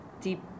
deep